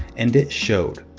and it showed.